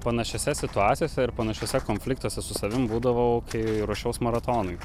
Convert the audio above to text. panašiose situacijose ir panašiuose konfliktuose su savim būdavau kai ruošiaus maratonui